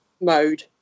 mode